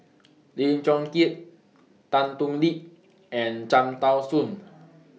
Lim Chong Keat Tan Thoon Lip and Cham Tao Soon